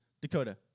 Dakota